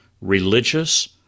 religious